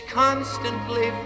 constantly